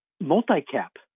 multi-cap